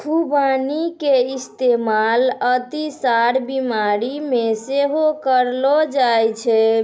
खुबानी के इस्तेमाल अतिसार बिमारी मे सेहो करलो जाय छै